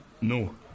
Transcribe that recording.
No